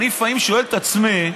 אני לפעמים שואל את עצמי: